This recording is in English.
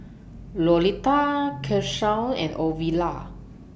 Lolita Keshaun and Ovila